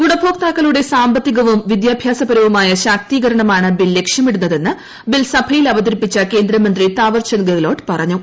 ഗുണഭോക്താക്കളുടെ സാമ്പത്തികവും വിദ്യാഭ്യാസപരവുമായ ശാക്തീകരണമാണ് ബിൽ ലക്ഷ്യമിടുന്നതെന്ന് ബിൽ സഭയിൽ അവതരിപ്പിച്ച കേന്ദ്രമന്ത്രി താവർ ചൂന്ദ് ഹൃഗഹ്ലോട്ട് പറഞ്ഞു